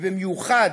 ובמיוחד,